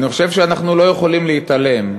אני חושב שאנחנו לא יכולים להתעלם,